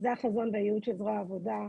זה החזון בייעוד של זרוע העבודה.